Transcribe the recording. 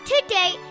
today